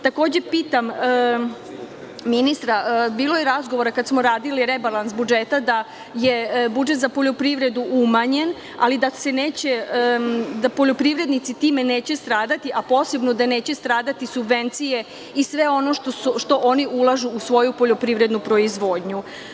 Takođe, pitam ministra, bilo je razgovora kada smo radili rebalans budžeta da je budžet za poljoprivredu umanjen, ali da se neće, da poljoprivrednici time neće stradati, a posebno da neće stradati subvencije sve ono što oni ulažu u svoju poljoprivrednu proizvodnju.